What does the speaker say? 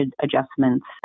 adjustments